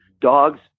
dogs